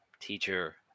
teacher